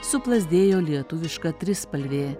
suplazdėjo lietuviška trispalvė